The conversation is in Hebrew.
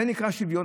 זה נקרא שוויון.